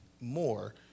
more